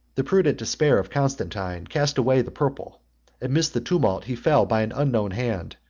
the prudent despair of constantine cast away the purple amidst the tumult he fell by an unknown hand,